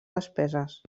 despeses